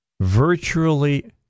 Virtually